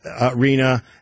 arena